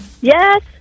Yes